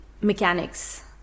mechanics